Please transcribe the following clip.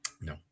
No